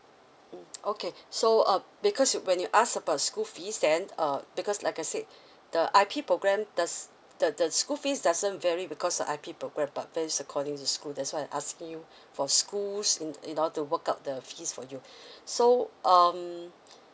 mm okay so uh because when you ask about school fees then uh because like I said the I_P program does the the school fees doesn't vary because of I_P programme but fee's according to school that's why I asking you for schools in in order to work out the fees for you so um